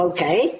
Okay